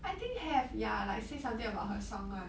I think have ya like say something about her song [one]